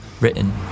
written